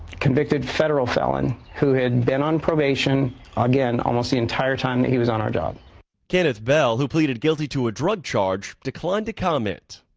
convicted federal felon who had been on probation again all most the entire time he was on our job. reporter kenneth bell who pleaded guilty to a drug charge declined to comment.